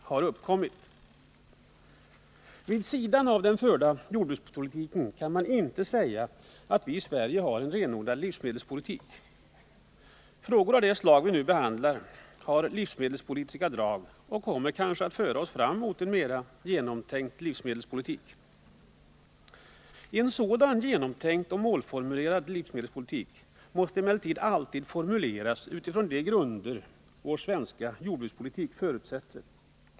Man kan inte säga att vi i Sverige vid sidan av den förda jordbrukspolitiken har en renodlad livsmedelspolitik. Frågor av det slag som vi nu behandlar har livsmedelspolitiska drag och kommer kanske att föra oss fram mot en mer genomtänkt livsmedelspolitik. En sådan genomtänkt och målinriktad livsmedelspolitik måste emellertid alltid formuleras utifrån de grunder vår svenska jordbrukspolitik förutsätter.